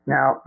Now